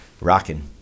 rocking